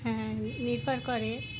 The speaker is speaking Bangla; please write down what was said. হ্যাঁ নির্ভর করে